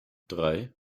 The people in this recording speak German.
drei